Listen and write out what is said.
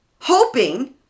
hoping